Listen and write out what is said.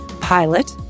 pilot